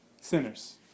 sinners